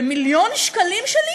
ומיליון שקלים שלי